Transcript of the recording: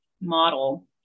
model